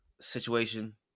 situation